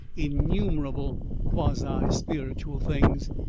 innumerable quasi-spiritual things,